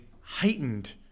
heightened